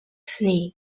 snin